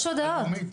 יש הודעות.